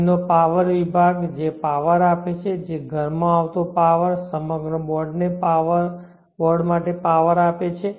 અહીંનો પાવર વિભાગ જે પાવર આપે છે જે ઘર માં આવતો પાવર સમગ્ર બોર્ડ માટે પાવર આપે છે